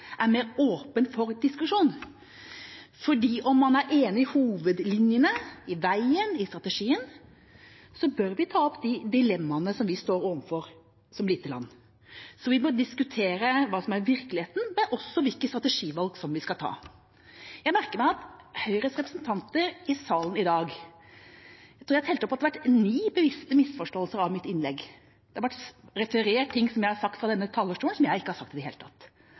er mer åpen for diskusjon, for selv om man er enig om hovedlinjene – i veien, i strategien – bør vi ta opp de dilemmaene vi står overfor som et lite land. Vi må diskutere hva som er virkeligheten, men også hvilke strategivalg vi skal ta. Jeg merker meg fra Høyres representanter i salen i dag – jeg talte at det var ca. ni bevisste misforståelser av mitt innlegg – at det er blitt referert til ting jeg skal ha sagt fra denne talerstolen, som jeg ikke har sagt i det hele tatt